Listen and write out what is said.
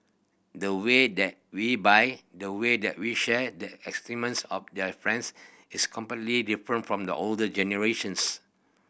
the way that we buy the way that we share their of their friends is completely different from the older generations